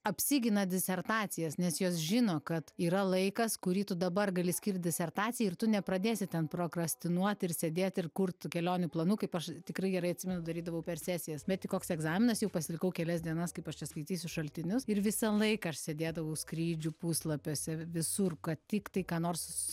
apsigina disertacijas nes jos žino kad yra laikas kurį tu dabar gali skirt disertacijai ir tu nepradėsi ten prokrastinuot ir sėdėt ir kurt tų kelionių planų kaip aš tikrai gerai atsimenu darydavau per sesijas bet tik koks egzaminas jau pasilikau kelias dienas kaip aš čia skaitysiu šaltinius ir visą laiką aš sėdėdavau skrydžių puslapiuose visur kad tiktai ką nors